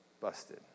busted